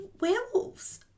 werewolves